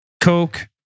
coke